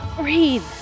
Breathe